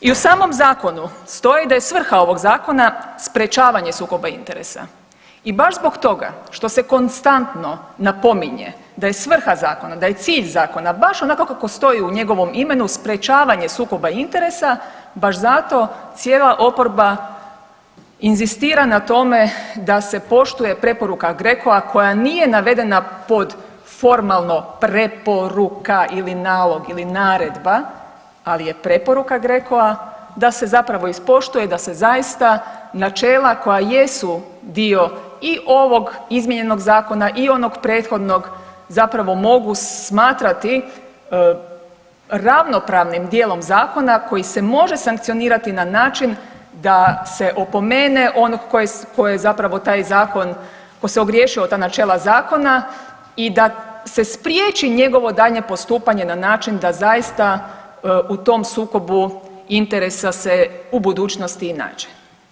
I u samom zakonu stoji da je svrha ovog zakona sprječavanje sukoba interesa i baš zbog toga što se konstantno napominje da je svrha zakona, da je cilj zakona baš onako kako stoji u njegovom imenu sprječavanje sukoba interesa, baš zato cijela oporba inzistira na tome da se poštuje preporuka GRECO-a koja nije navedena pod formalno preporuka ili nalog ili naredba, ali je preporuka GRECO-a da se zapravo ispoštuje i da se zaista načela koja jesu dio i ovog izmijenjenog zakona i onog prethodnog zapravo mogu smatrati ravnopravnim dijelom zakona koji se može sankcionirati na način da se opomene onog koji je zapravo taj zakon ko se ogriješio o ta načela zakona i da se spriječi njegovo daljnje postupanje na način da zaista u tom sukobu interesa se u budućnosti i nađe.